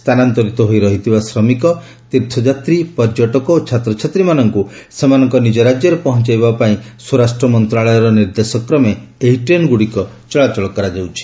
ସ୍ଥାନାନ୍ତରିତ ହୋଇ ରହିଥିବା ଶ୍ରମିକ ତୀର୍ଥଯାତ୍ରୀ ପର୍ଯ୍ୟଟକ ଓ ଛାତ୍ରଛାତ୍ରୀମାନଙ୍କୁ ସେମାନଙ୍କର ନିଜ ରାଜ୍ୟରେ ପହଞ୍ଚାଇବା ପାଇଁ ସ୍ୱରାଷ୍ଟ୍ର ମନ୍ତ୍ରଶାଳୟର ନିର୍ଦ୍ଦେଶ କ୍ରମେ ଏହି ଟ୍ରେନ୍ଗୁଡ଼ିକର ଚଳାଚଳ କରାଯାଉଛି